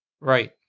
Right